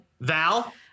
Val